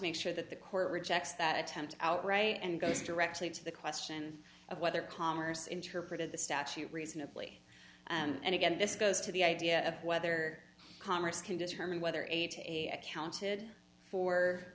make sure that the court rejects that attempt outr and goes directly to the question of whether commerce interpreted the statute reasonably and again this goes to the idea of whether congress can determine whether eighty eight accounted for